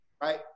Right